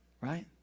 Right